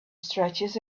stretches